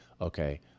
okay